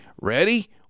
Ready